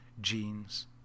Genes